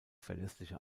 verlässliche